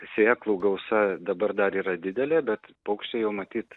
sėklų gausa dabar dar yra didelė bet paukščiai jau matyt